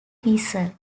vessel